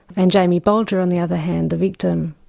and jamie bulger on the other hand, the victim,